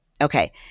Okay